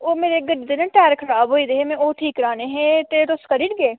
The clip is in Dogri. ओह् मेरी गड्डी दे ना टायर खराब होई गेदे हे में ओह् ठीक कराने हे ते तुस करी देगे